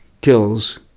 kills